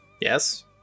Yes